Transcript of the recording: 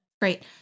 Great